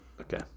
okay